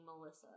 Melissa